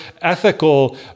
ethical